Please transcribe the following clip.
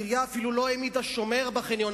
אפילו לא העמידה שומר בחניון,